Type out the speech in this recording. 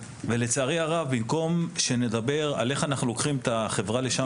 לצערי הרב במקום שנדבר על איך אנחנו לוקחים את החברה לשם